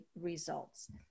results